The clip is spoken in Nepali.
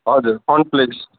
हजुर कर्नफ्लेक्स